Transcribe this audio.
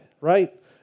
right